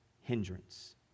hindrance